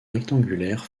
rectangulaire